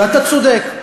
ואתה צודק,